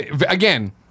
Again